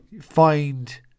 find